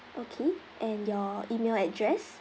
okay and your email address